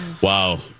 Wow